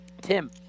tim